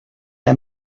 las